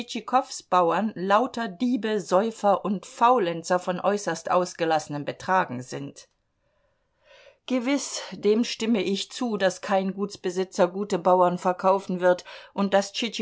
bauern lauter diebe säufer und faulenzer von äußerst ausgelassenem betragen sind gewiß dem stimme ich zu daß kein gutsbesitzer gute bauern verkaufen wird und daß